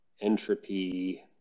entropy